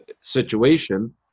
situation